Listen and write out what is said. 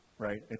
Right